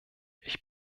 ich